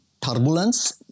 turbulence